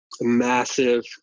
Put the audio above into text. massive